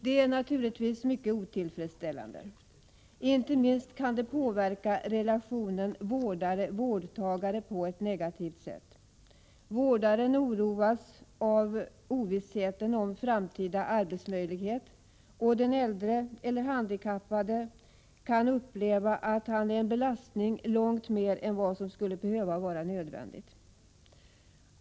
Det är naturligtvis mycket otillfredsställande. Inte minst kan det påverka relationen vårdarevårdtagare på ett negativt sätt. Vårdaren oroas av ovissheten om framtida arbetsmöjlighet, och den äldre eller handikappade kan uppleva att han är en belastning långt mer än vad som skulle behöva vara nödvändigt.